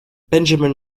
benjamin